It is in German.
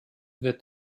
wird